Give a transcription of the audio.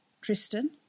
Tristan